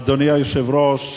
אדוני היושב-ראש,